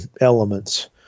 elements